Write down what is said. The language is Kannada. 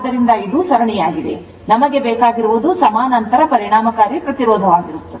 ಆದ್ದರಿಂದ ಇದು ಸರಣಿಯಾಗಿದೆ ನಮಗೆ ಬೇಕಾಗಿರುವುದು ಸಮಾನಾಂತರ ಪರಿಣಾಮಕಾರಿ ಪ್ರತಿರೋಧವಾಗಿರುತ್ತದೆ